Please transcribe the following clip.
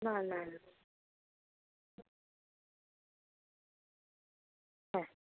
না না হ্যাঁ